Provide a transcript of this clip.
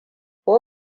ko